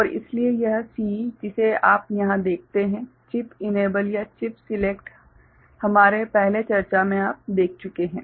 और इसलिए यह CE जिसे आप यहां देखते हैं चिप इनेबल या चिप सिलेक्ट हमारे पहले चर्चा मे आप देख चुके है